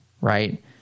right